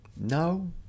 no